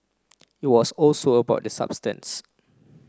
it was also about the substances